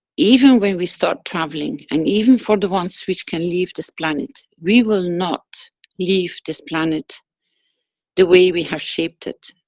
even when we start traveling, and even for the ones which can leave this planet. we will not leave this planet the way we have shaped it.